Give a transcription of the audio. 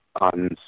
on